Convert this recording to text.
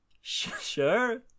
Sure